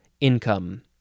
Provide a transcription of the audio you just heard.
income